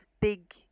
big